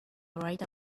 right